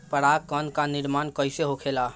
पराग कण क निर्माण कइसे होखेला?